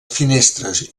finestres